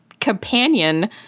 companion